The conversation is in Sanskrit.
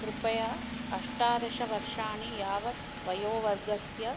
कृपया अष्टादश वर्षाणि यावत् वयोवर्गस्य